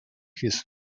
his